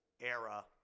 era